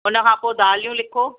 हुनखां पोइ दालियूं लिखो